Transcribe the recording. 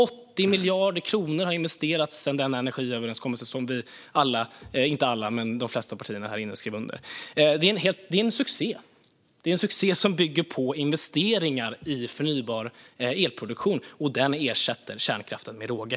80 miljarder kronor har investerats sedan den energiöverenskommelse som alla partier - eller inte alla men de flesta av partierna här inne - skrev under. Det är en succé. Det är en succé som bygger på investeringar i förnybar elproduktion, och den ersätter kärnkraften med råge.